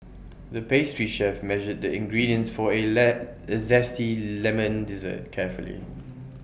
the pastry chef measured the ingredients for A A Zesty Lemon Dessert carefully